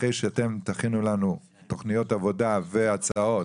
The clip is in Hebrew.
אחרי שאתם תכינו לנו תוכניות עבודה והצעות